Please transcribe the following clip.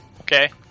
Okay